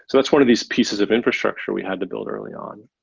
that's one of these pieces of infrastructure we had to build early on.